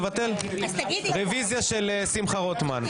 רביזיה של שמחה רוטמן.